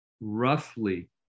roughly